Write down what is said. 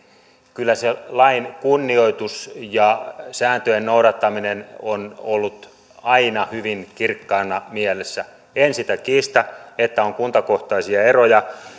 kyllä se lain kunnioitus ja sääntöjen noudattaminen on ollut aina hyvin kirkkaana mielessä en sitä kiistä että on kuntakohtaisia eroja